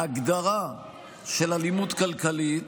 ההגדרה של אלימות כלכלית